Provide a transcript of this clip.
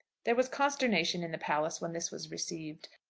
there was consternation in the palace when this was received.